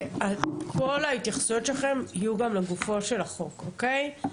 כל ההתייחסויות שלכם יהיו גם לגופו של החוק, אוקי?